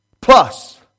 plus